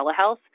telehealth